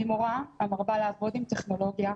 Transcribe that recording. אני מורה המרבה לעבוד עם טכנולוגיה,